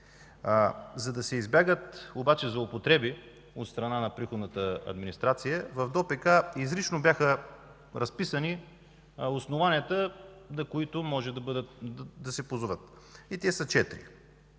За да се избегнат обаче злоупотреби от страна на приходната администрация – в ДОПК изрично бяха разписани основанията, на които може да се позоват. Те са четири.